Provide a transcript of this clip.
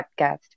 podcast